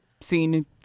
seen